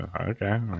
Okay